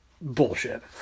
Bullshit